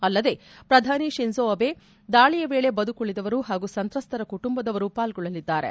ಅಲ್ಲದೆ ಪ್ರಧಾನಿ Shinzo Abe ದಾಳಿಯ ವೇಳಿ ಬದುಕುಳಿದವರು ಹಾಗೂ ಸಂತ್ರಸ್ತರ ಕುಟುಂಬದವರು ಪಾಲ್ಗೊಳ್ಳಲಿದ್ದಾರೆ